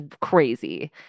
crazy